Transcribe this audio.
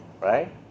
right